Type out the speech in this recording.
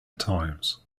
times